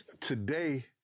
today